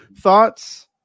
thoughts